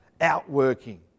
outworking